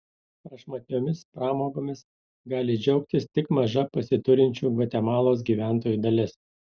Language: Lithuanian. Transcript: prašmatniomis pramogomis gali džiaugtis tik maža pasiturinčių gvatemalos gyventojų dalis